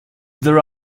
there